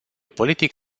politic